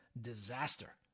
disaster